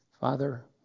Father